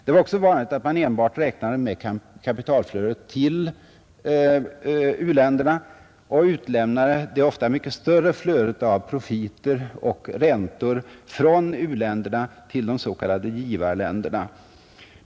Det var också vanligt att man enbart räknade med kapitalflödet till u-länderna och utelämnade det ofta mycket större flödet av profiter och räntor från u-länderna till de s.k. givarländerna.